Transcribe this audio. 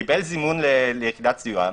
קיבל זימון ליחידת סיוע,